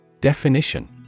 Definition